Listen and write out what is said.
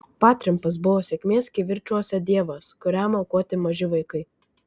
patrimpas buvo sėkmės kivirčuose dievas kuriam aukoti maži vaikai